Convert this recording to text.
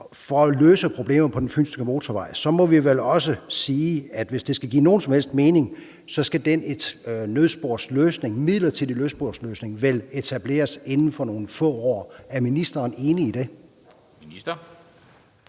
for at løse problemet på den fynske motorvej, må vi vel også sige, at hvis det skal give nogen som helst mening, skal den midlertidige nødsporsløsning vel etableres inden for nogle få år. Er ministeren enig i det?